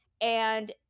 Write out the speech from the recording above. and-